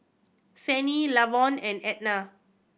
Sannie Lavon and Edna